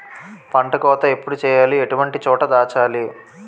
పంట కోత ఎప్పుడు చేయాలి? ఎటువంటి చోట దాచాలి?